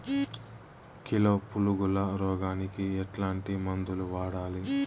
Kilo పులుగుల రోగానికి ఎట్లాంటి మందులు వాడాలి?